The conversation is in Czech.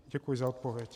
Děkuji za odpověď.